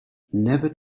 never